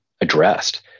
addressed